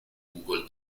google